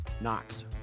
Knox